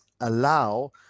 allow